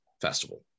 festival